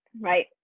right